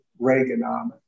Reaganomics